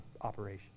operation